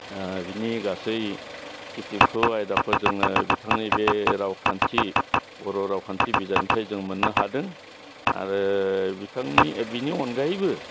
बिनि गासै खिथियकखौ आयदाखौ जोङो बिथांनि बे रावखान्थि बर' रावखान्थि बिजाबनिफ्राय जों मोननो हादों आरो बिथांनि बिनि अनगायैबो